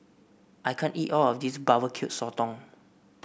I can't eat all of this Barbecue Sotong